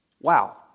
Wow